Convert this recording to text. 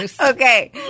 Okay